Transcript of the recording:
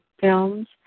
films